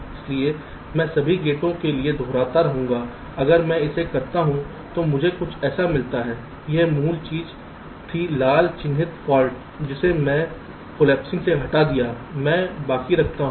इसलिए मैं सभी गेटो के लिए दोहराता रहूंगा अगर मैं इसे करता हूं तो मुझे कुछ ऐसा मिलता है यह मूल चीज थी लाल चिन्हित फाल्ट जिसे मैं इसे कॉलेप्सिंग से हटा दिया है मैं बाकी रखता हूं